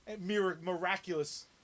miraculous